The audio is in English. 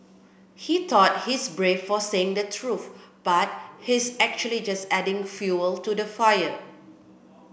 he thought he's brave for saying the truth but he's actually just adding fuel to the fire